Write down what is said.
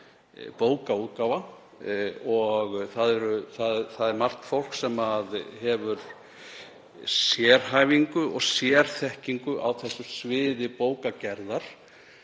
bókaútgáfa, og margt fólk sem hefur sérhæfingu og sérþekkingu á þessu sviði bókagerðar.